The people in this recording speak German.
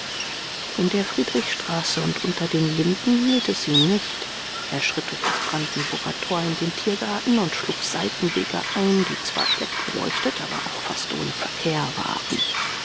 in der friedrichstraße und unter den linden hielt es ihn nicht er schritt durch das brandenburger tor in den tiergarten und schlug seitenwege ein die zwar schlecht beleuchtet aber auch fast ohne verkehr waren